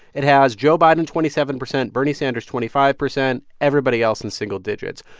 it has joe biden, twenty seven percent, bernie sanders, twenty five percent, everybody else in single digits.